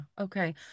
Okay